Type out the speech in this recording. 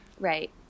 Right